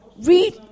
read